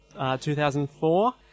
2004